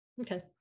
Okay